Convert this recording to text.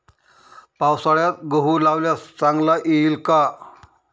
पावसाळ्यात गहू लावल्यास चांगला येईल का?